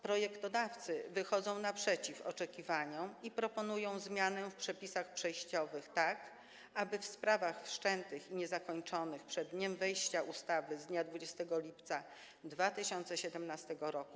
Projektodawcy wychodzą naprzeciw oczekiwaniom i proponują zmianę w przepisach przejściowych, aby w sprawach wszczętych i niezakończonych przed dniem wejścia w życie ustawy z dnia 20 lipca 2017 r.